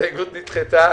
לשנת 2020,